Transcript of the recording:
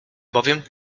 bowiem